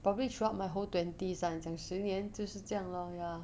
probably throughout my whole twenties I'm 整十年就是这样咯 lor